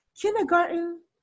Kindergarten